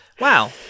Wow